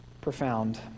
profound